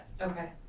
Okay